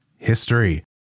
history